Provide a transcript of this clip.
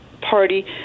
Party